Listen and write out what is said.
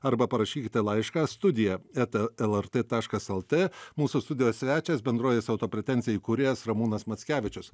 arba parašykite laišką studija eta lrt taškas lt mūsų studijos svečias bendrovės auto pretenzija įkūrėjas ramūnas mackevičius